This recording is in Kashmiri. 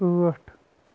ٲٹھ